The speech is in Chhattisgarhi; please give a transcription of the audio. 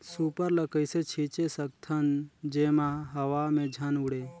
सुपर ल कइसे छीचे सकथन जेमा हवा मे झन उड़े?